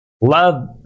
love